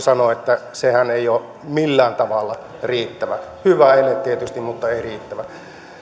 sanoa että sehän ei ole millään tavalla riittävä hyvä ele tietysti mutta ei riittävä